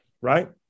right